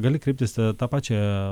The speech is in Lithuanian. gali kreiptis ta pačią